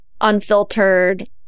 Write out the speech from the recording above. unfiltered